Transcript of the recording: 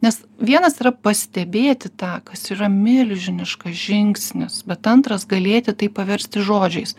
nes vienas yra pastebėti tą kas yra milžiniškas žingsnis bet antras galėti tai paversti žodžiais